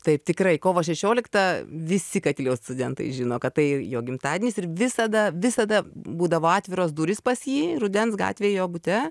taip tikrai kovo šešioliktą visi katiliaus studentai žino kad tai jo gimtadienis ir visada visada būdavo atviros durys pas jį rudens gatvėj jo bute